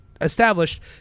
established